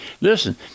Listen